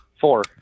four